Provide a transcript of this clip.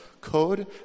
CODE